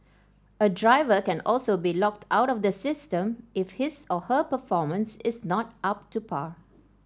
a driver can also be locked out of the system if his or her performance is not up to par